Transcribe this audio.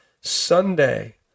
Sunday